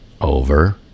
Over